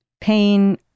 Pain